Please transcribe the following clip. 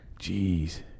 Jeez